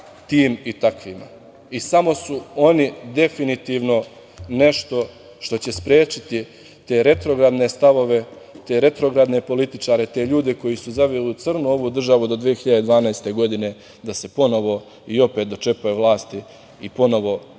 tim i takvima i samo su oni definitivno nešto što će sprečiti te retrogradne stavove, te retrogradne političare, te ljude koji su zavili u crno ovu državu do 2012. godine da se ponovo i opet dočepaju vlasti i ponovo